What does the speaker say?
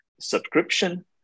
subscription